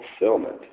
fulfillment